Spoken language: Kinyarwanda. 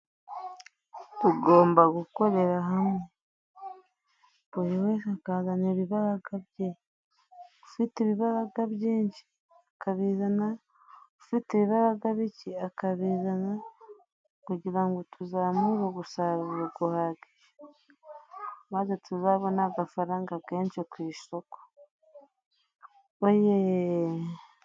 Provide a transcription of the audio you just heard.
Tugomba gukorera hamwe, buri wese akazana ibibaraga bye, ufite ibibaraga byinshi akabizana, ufite ibibaraga bike akabizana, kugira ngo tuzamure umusaruro guhagije, maze tuzabone agafaranga kenshi ku isoko, oye.